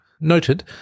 Noted